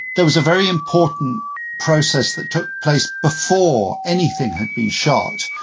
there was a very important process that took place before anything had been shot,